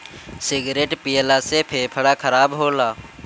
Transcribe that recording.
cigarette पियला से फेफड़ा खराब होला